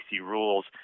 rules